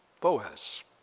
Boaz